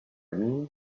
mean